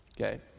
Okay